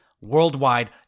worldwide